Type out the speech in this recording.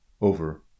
over